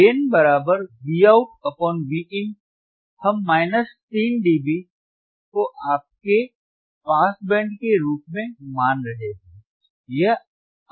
Gain Vout Vin हम minus 3 dB को आपके पास बैंड के रूप में मान रहे हैं